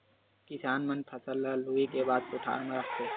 किसान मन फसल ल लूए के बाद कोठर म राखथे